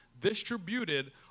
distributed